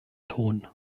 ton